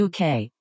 UK